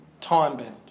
time-bound